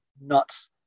nuts